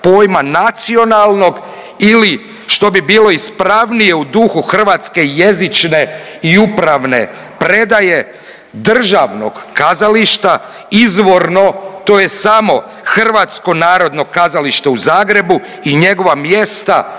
Hrvatsko narodno kazalište u Zagrebu i njegova mjesta i uloge u